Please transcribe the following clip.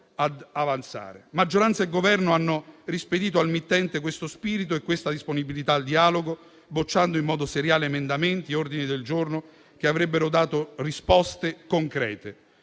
ad avanzare. Maggioranza e Governo hanno rispedito al mittente questo spirito e questa disponibilità al dialogo, bocciando in modo seriale emendamenti e ordini del giorno che avrebbero dato risposte concrete: